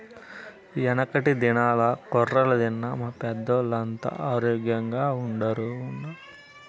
యెనకటి దినాల్ల కొర్రలు తిన్న మా పెద్దోల్లంతా ఆరోగ్గెంగుండారు